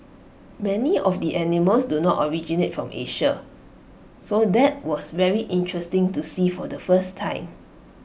many of the animals do not originate from Asia so that was very interesting to see for the first time